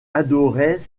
adorait